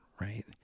right